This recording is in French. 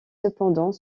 cependant